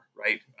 right